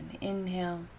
inhale